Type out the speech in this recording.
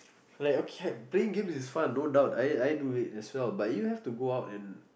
like a cafe game is fun no doubt I I do it as well but you have to go out and